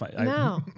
No